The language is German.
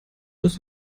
dass